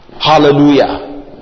hallelujah